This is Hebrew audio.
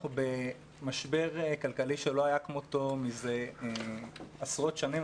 אנחנו במשבר כלכלי שלא היה כמותו זה עשרות שנים.